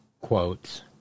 quotes